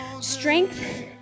Strength